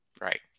Right